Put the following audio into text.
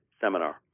seminar